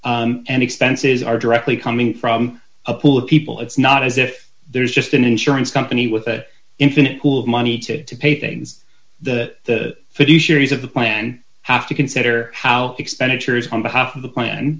and expenses are directly coming from a pool of people it's not as if there is just an insurance company with an infinite pool of money to pay things that fisheries of the plan have to consider how expenditures on behalf of the plan